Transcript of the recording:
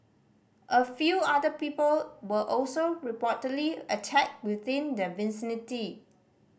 a few other people were also reportedly attacked within the vicinity